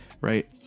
right